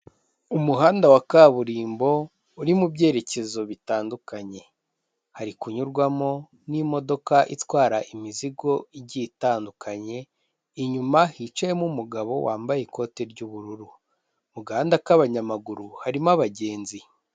Umuhanda wa kaburimbo uri mu byerekezo bitandukanye, hari kunyurwamo n'imodoka itwara imizigo igiye itandukanye, inyuma hicayemo umugabo wambaye ikote ry'ubururu, mu gahanda k'abanyamaguru harimo abagenzi.